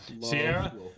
Sierra